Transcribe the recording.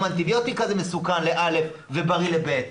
גם אנטיביוטיקה זה מסוכן ל-א' ובריא ל-ב'.